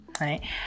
right